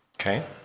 Okay